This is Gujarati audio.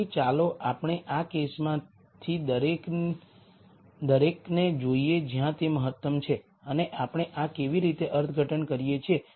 તેથી ચાલો આપણે આ કેસમાંથી દરેકને જોઈએ જ્યાં તે મહત્તમ છે અને આપણે આ કેવી રીતે અર્થઘટન કરીએ છીએ